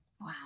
Wow